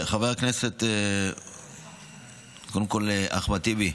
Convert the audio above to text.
חבר הכנסת אחמד טיבי,